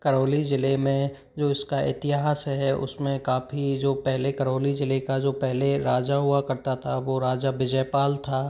करौली जिले में जो उसका इतिहास है उसमे काफ़ी जो पहले करौली जिले का जो पहले राजा हुआ करता था वो राजा विजयपाल था